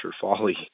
folly